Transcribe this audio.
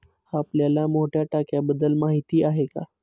आपल्याला मोठ्या टाक्यांबद्दल माहिती आहे का?